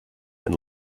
and